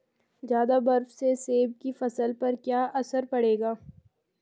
ज़्यादा बर्फ से सेब की फसल पर क्या असर पड़ेगा?